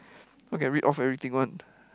how can read off everything one